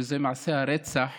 וזה מעשי הרצח